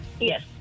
Yes